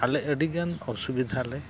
ᱟᱞᱮ ᱟᱹᱰᱤᱜᱟᱱ ᱚᱥᱩᱵᱤᱫᱷᱟᱞᱮ